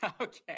Okay